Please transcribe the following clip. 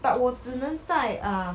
but 我只能在 um